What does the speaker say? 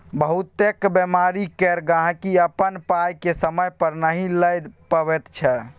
बहुतेक बीमा केर गहिंकी अपन पाइ केँ समय पर नहि लए पबैत छै